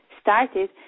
started